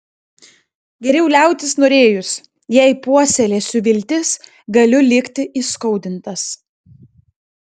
geriau liautis norėjus jei puoselėsiu viltis galiu likti įskaudintas